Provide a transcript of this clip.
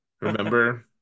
remember